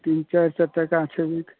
तिन चारि सए टका छेबे करै